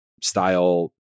style